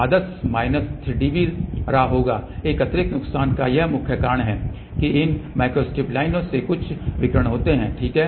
आदर्श minus 3 dB रहा होगा एक अतिरिक्त नुकसान का यह मुख्य कारण है कि इन माइक्रोस्ट्रिप लाइनों से कुछ विकिरण होते हैं ठीक है